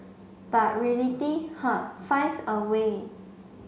but reality huh finds a way